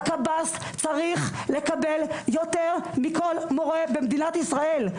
והקב"ס צריך לקבל יותר מכל מורה במדינת ישראל.